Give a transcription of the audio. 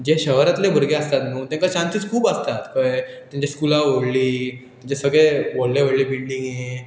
जे शहरांतले भुरगे आसतात न्हू तेंकां चांसीस खूब आसतात कळ्ळें तेंच्या स्कुलां व्हडलीं तेचे सगळे व्हडले व्हडलें बिल्डिंगे